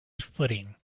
footing